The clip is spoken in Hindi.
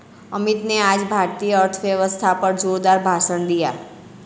अमित ने आज भारतीय अर्थव्यवस्था पर जोरदार भाषण दिया